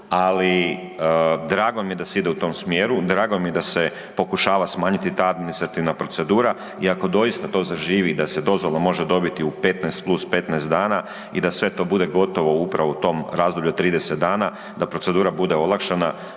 ali drago mi je da se ide u tom smjeru, drago mi je da se pokušava smanjiti ta administrativna procedura i ako doista to zaživi da se dozvola može dobiti u 15+15 dana i da sve to bude gotovo upravo u tom razdoblju od 30 dana, da procedura bude olakšana,